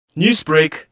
Newsbreak